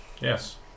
Yes